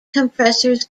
compressors